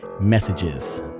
messages